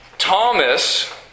Thomas